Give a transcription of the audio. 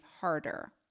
harder